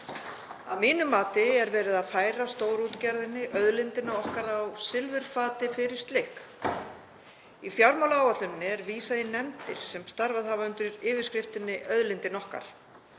Að mínu mati er verið að færa stórútgerðinni auðlindina okkar á silfurfati fyrir slikk. Í fjármálaáætluninni er vísað í nefndir sem starfað hafa undir yfirskriftinni Auðlindin okkar.